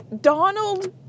Donald